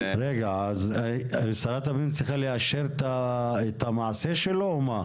רגע, אז שרת הפנים צריכה לאשר את המעשה שלו או מה?